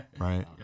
right